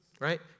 Right